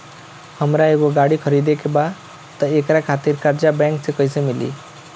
हमरा एगो गाड़ी खरीदे के बा त एकरा खातिर कर्जा बैंक से कईसे मिली?